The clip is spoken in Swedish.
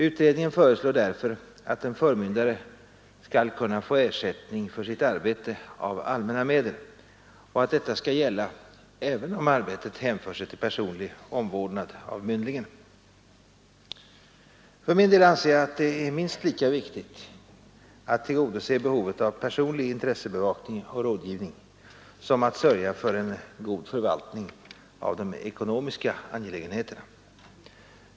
Utredningen föreslår därför att en förmyndare skall kunna få ersättning för sitt arbete av allmänna medel och att detta skall gälla även om arbetet hänför sig till personlig omvårdnad av myndlingen. För min del anser jag att det är minst lika viktigt att tillgodose behovet av personlig intressebevakning och rådgivning som att sörja för en god förvaltning av de ekonomiska angelägenheterna.